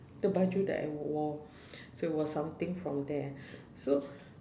the baju that I wore so was something from there so